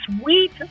sweet